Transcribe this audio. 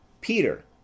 Peter